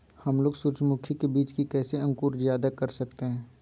हमलोग सूरजमुखी के बिज की कैसे अंकुर जायदा कर सकते हैं?